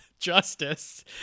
justice